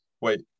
wait